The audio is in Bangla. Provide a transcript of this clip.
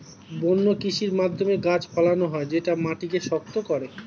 বন্য কৃষির মাধ্যমে গাছ ফলানো হয় যেটা মাটিকে শক্ত করে